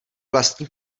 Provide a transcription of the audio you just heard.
vlastní